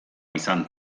izan